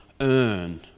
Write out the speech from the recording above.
earn